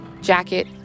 Jacket